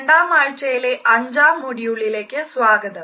രണ്ടാം ആഴ്ചയിലെ അഞ്ചാം മോഡ്യൂളിലേക്ക് സ്വാഗതം